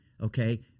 okay